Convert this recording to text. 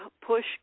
push